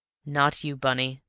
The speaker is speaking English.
not you, bunny.